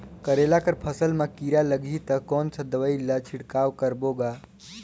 करेला कर फसल मा कीरा लगही ता कौन सा दवाई ला छिड़काव करबो गा?